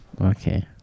Okay